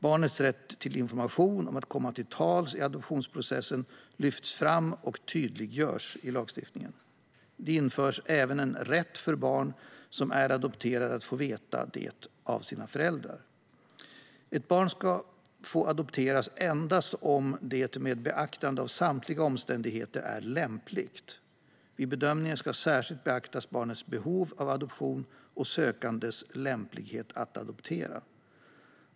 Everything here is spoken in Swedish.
Barnets rätt till information och att komma till tals i adoptionsprocessen lyfts fram och tydliggörs i lagstiftningen. Det införs även en rätt för barn som är adopterade att få veta det av sina föräldrar. Ett barn ska få adopteras endast om det med beaktande av samtliga omständigheter är lämpligt. Vid bedömningen ska särskilt beaktas barnets behov av adoption och sökandes lämplighet att adoptera.